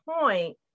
point